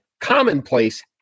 commonplace